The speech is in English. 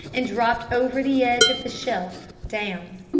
and dropped over the edge of the shelf down,